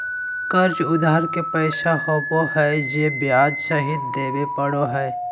कर्ज उधार के पैसा होबो हइ जे ब्याज सहित देबे पड़ो हइ